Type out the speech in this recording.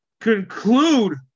conclude